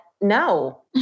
no